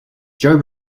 joe